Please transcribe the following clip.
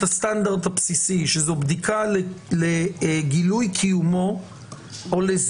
פרטי המדביקים על ערכת האונס על גבי מדבקה שמקבלים בבית